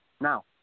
Now